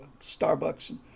Starbucks